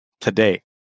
today